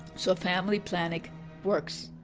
so, family planning works.